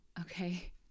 okay